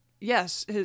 yes